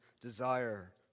desire